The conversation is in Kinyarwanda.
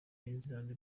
island